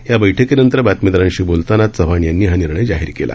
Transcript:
या बैठकीनंतर बातमीदारांशी बोलताना चव्हाण यांनी हा निर्णय जाहीर केला